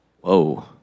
Whoa